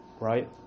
Right